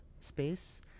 space